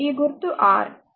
ఈ గుర్తు R